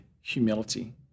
humility